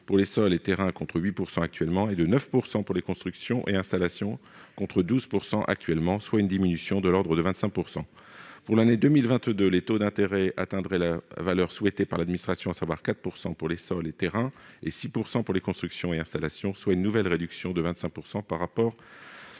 pour les sols et terrains, contre 8 % actuellement, et de 9 % pour les constructions et installations, contre 12 % actuellement, soit une diminution de l'ordre de 25 %. Pour l'année 2022, les taux d'intérêt atteindraient la valeur souhaitée par l'administration, à savoir 4 % pour les sols et terrains et 6 % pour les constructions et installations, soit une nouvelle réduction de 25 % par rapport